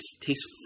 tastes